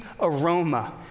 aroma